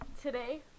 Today